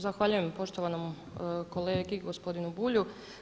Zahvaljujem poštovanom kolegi gospodinu Bulju.